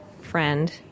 friend